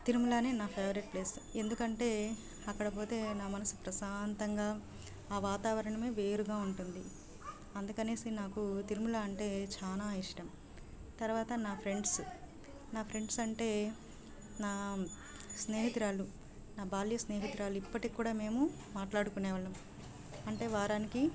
తిరుమల నా favourite place ఎందుకంటే అక్కడ పోతే నా మనసు ప్రశాంతంగా ఆ వాతావరణం వేరుగా ఉంటుంది అందుకని నాకు తిరుమల అంటే చాలా ఇష్టం తర్వాత నా ఫ్రెండ్స్ నా ఫ్రెండ్స్ అంటే నా స్నేహితురాలు నా బాల్య స్నేహితురాలు ఇప్పటికీ కూడా మేము మాట్లాడుకునేవాళ్ళం అంటే వారానికి